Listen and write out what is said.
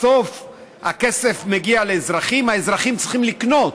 בסוף הכסף מגיע לאזרחים, האזרחים צריכים לקנות.